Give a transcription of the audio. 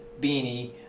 beanie